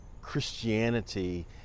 christianity